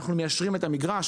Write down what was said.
אנחנו מיישרים את המגרש,